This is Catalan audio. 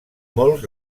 molts